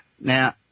Now